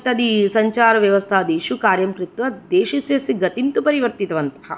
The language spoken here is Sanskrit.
इत्यादि सञ्चारव्यवस्थादिषु कार्यं कृत्वा देशस्यस्य गतिं तु परिवर्तितवन्तः